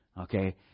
Okay